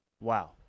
Wow